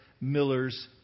Miller's